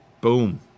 boom